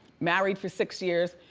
married for six years.